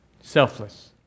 Selfless